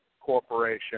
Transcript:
corporation